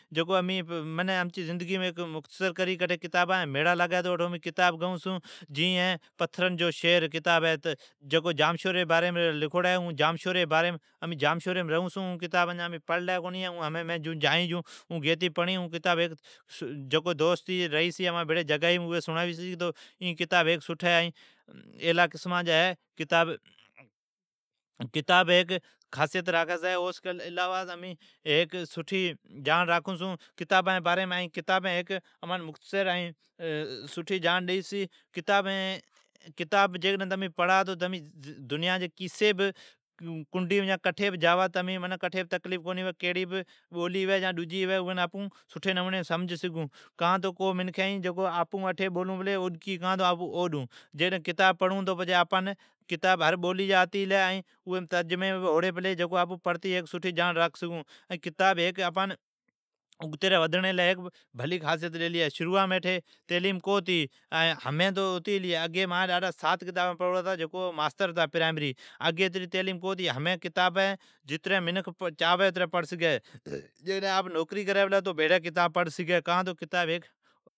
جکو امین ھیک اامچی زندگین مختصر کری۔ جٹھی کتابان جا میڑا لاگی اٹھو امین کتابین گیئون چھون۔ جیون ہے"پتھرن جو شھر"اوم سجی جام شوری جی باریم لکھوڑی ہے۔ مین اجان اون کتاب گیلی کونی ہے اٹھی سون مین جائین جکار اون کتاب مین گیئین۔ امان بھیڑی جکو دوست ریھی چھی اوین کیلی این کتاب سٹھی ہے ائین اعلیٰ قسمان جی جاڑ راکھی چھی۔ امین ھیک کتابان جی باریم سٹھی جاڑ راکھون چھون ائین کتابین امان سٹھی جاڑ راکھی چھی۔ کتاب تمین پڑا تو تمین کیسی بہ ملکا جی بولی سمجھ سگھو۔ کان تو آپون ھمین بولین پلی اوڈکی ائین کتاب ھر بولی جی آتی گلی ہے ائین اوم ترجمی بھی اوڑی پلی ھی جکو پڑتی آپون سٹھی جاڑ راکھ سگھون۔ کتابی آپان ودھڑین لی ھیک سٹھی خاصیت ڈی چھی۔ اگی اٹھی اتری تعلیم کو ھتی ھمین جام ھتی گلی ہے۔ اگی مانجا ڈاڈا سات کتابین پڑھوڑا ھتا تو بھی پرائمری ماستر ھتا پرائیمری۔ ھمین منکھ چاھوی اتری کتابین پڑ سگھی۔ کان تو آپ نوکری کری تو بھڑی کتاب پڑ سگھی۔